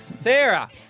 Sarah